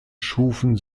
schufen